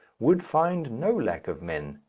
would find no lack of men.